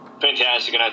fantastic